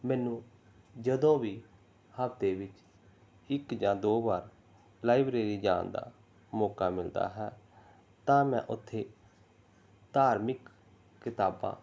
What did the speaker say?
ਮੈਨੂੰ ਜਦੋਂ ਵੀ ਹਫ਼ਤੇ ਵਿੱਚ ਇੱਕ ਜਾਂ ਦੋ ਵਾਰ ਲਾਈਬਰੇਰੀ ਜਾਣ ਦਾ ਮੌਕਾ ਮਿਲਦਾ ਹੈ ਤਾਂ ਮੈਂ ਉੱਥੇ ਧਾਰਮਿਕ ਕਿਤਾਬਾਂ